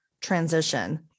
transition